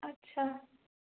আচ্ছা